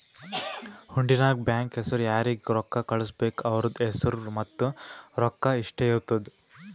ಹುಂಡಿ ನಾಗ್ ಬ್ಯಾಂಕ್ ಹೆಸುರ್ ಯಾರಿಗ್ ರೊಕ್ಕಾ ಕಳ್ಸುಬೇಕ್ ಅವ್ರದ್ ಹೆಸುರ್ ಮತ್ತ ರೊಕ್ಕಾ ಇಷ್ಟೇ ಇರ್ತುದ್